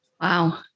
Wow